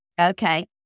Okay